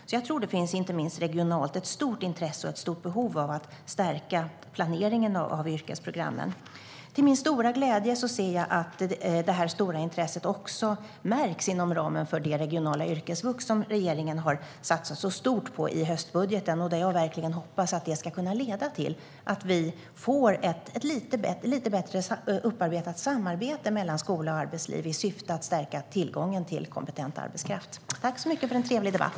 Jag tror att det finns, inte minst regionalt, ett stort intresse och ett stort behov av att stärka planeringen av yrkesprogrammen. Till min stora glädje ser jag att det här stora intresset också märks inom ramen för det regionala yrkesvux som regeringen har satsat så stort på i höstbudgeten. Jag hoppas verkligen att det ska kunna leda till att vi får ett lite bättre upparbetat samarbete mellan skola och arbetsliv i syfte att stärka tillgången till kompetent arbetskraft. Svar på interpellationer Tack så mycket för en trevlig debatt!